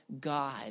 God